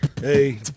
Hey